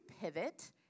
pivot